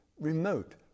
remote